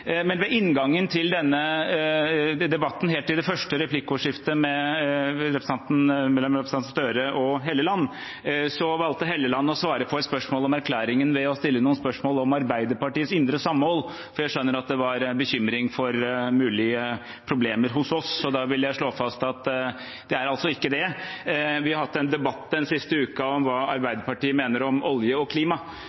Men ved inngangen til denne debatten, helt i det første replikkordskiftet mellom representantene Støre og Helleland, valgte Helleland å svare på et spørsmål om erklæringen ved å stille noen spørsmål om Arbeiderpartiets indre samhold, så jeg skjønner at det var bekymring for mulige problemer hos oss. Da vil jeg slå fast at det altså ikke er det. Vi har hatt en debatt den siste uken om hva